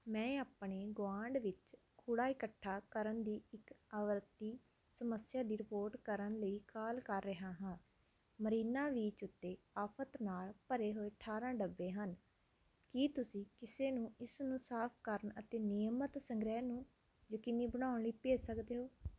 ਮੈਂ ਆਪਣੇ ਗੁਆਂਢ ਵਿੱਚ ਕੂੜਾ ਇਕੱਠਾ ਕਰਨ ਦੀ ਇੱਕ ਆਵਰਤੀ ਸਮੱਸਿਆ ਦੀ ਰਿਪੋਰਟ ਕਰਨ ਲਈ ਕਾਲ ਕਰ ਰਿਹਾ ਹਾਂ ਮਰੀਨਾ ਬੀਚ ਉੱਤੇ ਆਫਤ ਨਾਲ ਭਰੇ ਹੋਏ ਅਠਾਰਾਂ ਡੱਬੇ ਹਨ ਕੀ ਤੁਸੀਂ ਕਿਸੇ ਨੂੰ ਇਸ ਨੂੰ ਸਾਫ਼ ਕਰਨ ਅਤੇ ਨਿਯਮਤ ਸੰਗ੍ਰਹਿ ਨੂੰ ਯਕੀਨੀ ਬਣਾਉਣ ਲਈ ਭੇਜ ਸਕਦੇ ਹੋ